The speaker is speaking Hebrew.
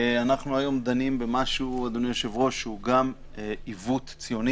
אנחנו היום דנים במשהו שהוא גם עיוות ציוני